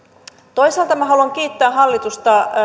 toisaalta minä haluan kiittää hallitusta